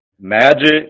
Magic